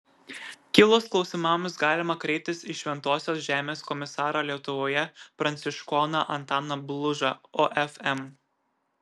kilus klausimams galima kreiptis į šventosios žemės komisarą lietuvoje pranciškoną antaną blužą ofm